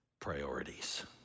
priorities